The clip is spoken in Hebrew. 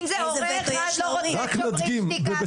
רק נדגים,